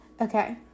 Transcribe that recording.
Okay